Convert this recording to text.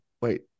Wait